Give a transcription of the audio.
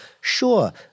Sure